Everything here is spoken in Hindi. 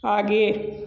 आगे